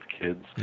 kids